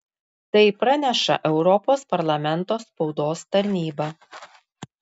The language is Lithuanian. tai praneša europos parlamento spaudos tarnyba